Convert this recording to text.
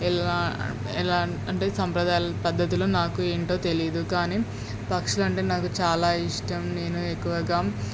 ఎలా ఎలా అంటే సంప్రదాయ పద్ధతులు నాకు ఏంటో తెలీదు కానీ పక్షులంటే నాకు చాలా ఇష్టం నేను ఎక్కువగా